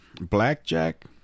blackjack